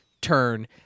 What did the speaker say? turn